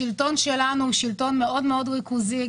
השלטון שלנו הוא שלטון מאוד ריכוזי,